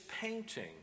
painting